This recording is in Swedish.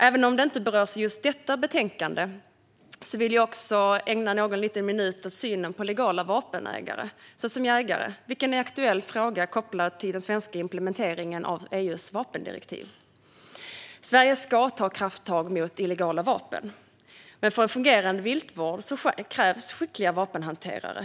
Även om det inte berörs i just detta betänkande vill jag ändå ägna någon minut åt synen på legala vapenägare såsom jägare, vilket är en aktuell fråga kopplat till den svenska implementeringen av EU:s vapendirektiv. Sverige ska ta krafttag mot illegala vapen, men för en fungerande viltvård krävs skickliga vapenhanterare.